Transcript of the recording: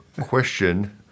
Question